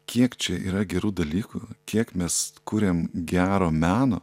kiek čia yra gerų dalykų kiek mes kuriam gero meno